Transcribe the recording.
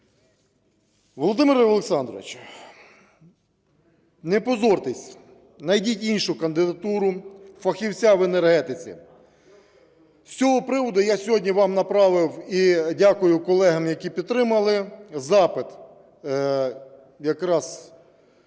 Володимире Олександровичу, не позорьтесь, знайдіть іншу кандидатуру, фахівця в енергетиці. З цього приводу я сьогодні вам направив, і дякую колегам, які підтримали, запит.